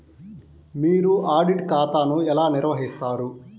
మీరు ఆడిట్ ఖాతాను ఎలా నిర్వహిస్తారు?